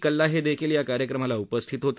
कल्ला हे देखील या कार्यक्रमाला उपस्थित होते